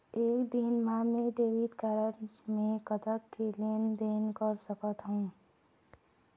एक दिन मा मैं डेबिट कारड मे कतक के लेन देन कर सकत हो?